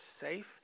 safe